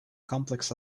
complex